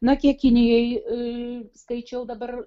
na kiek kinijai skaičiau dabar